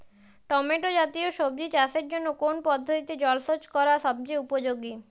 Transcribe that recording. Tomato জাতীয় সবজি চাষের জন্য কোন পদ্ধতিতে জলসেচ করা সবচেয়ে উপযোগী?